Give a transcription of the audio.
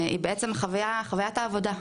היא בעצם חווית העבודה,